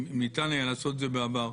אם ניתן היה לעשות את זה בעבר.